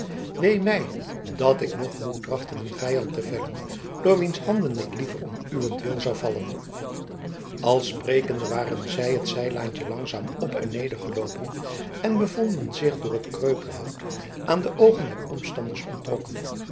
wee mij dat ik nog moet trachten een vijand te vellen door wiens handen ik liever om uwentwil zou vallen al sprekende waren zij het zijlaantje langzaam op en neder geloopen en bevonden zich door het kreupelhout aan de oogen der omstanders onttrokken